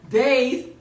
day's